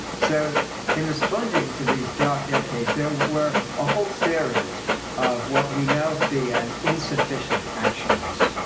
so in responding to these dark decades, there were a whole series of what we now see as insufficient actions.